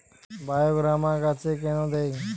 বায়োগ্রামা গাছে কেন দেয়?